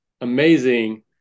amazing